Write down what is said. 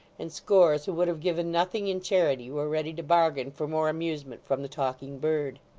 and scores who would have given nothing in charity, were ready to bargain for more amusement from the talking bird.